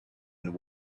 and